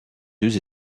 deux